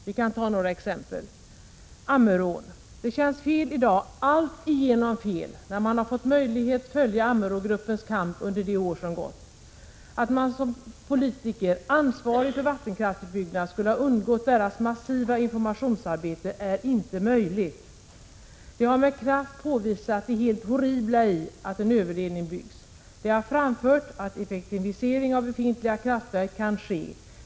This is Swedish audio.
Vi kan ta några exempel, och då först Ammerån. Det känns fel i dag, alltigenom fel, när man har fått möjlighet att följa Ammerågruppens kamp under de år som gått. Att man som politiker, ansvarig för vattenkraftsutbyggnad, skulle ha undgått gruppens massiva informationsarbete är inte möjligt. De har med kraft påvisat det helt horribla i att en överledning byggs. De har framfört att effektivisering av befintliga kraftverk kan ske.